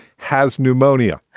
has pneumonia.